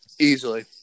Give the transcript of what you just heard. Easily